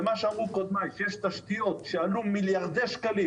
ומה שאמרו קודמיי שיש תשתיות שעלו מיליארדי שקלים